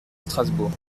strasbourg